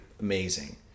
amazing